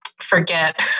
forget